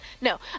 No